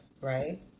right